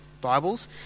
Bibles